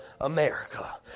America